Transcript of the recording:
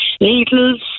needles